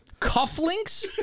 Cufflinks